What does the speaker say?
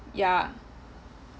ya